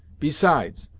besides,